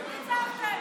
ניצחתם.